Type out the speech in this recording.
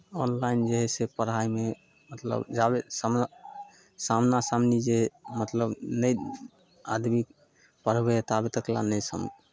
online जे हइ से पढ़ाइमे मतलब जाबे सामना सामना सामनी जे मतलब नहि आदमी पढ़बै हइ ताबे तक लए नहि सम